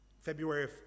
February